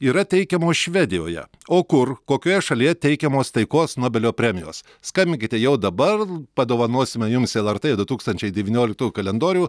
yra teikiamos švedijoje o kur kokioje šalyje teikiamos taikos nobelio premijos skambinkite jau dabar padovanosime jums lrt du tūkstančiai devynioliktųjų kalendorių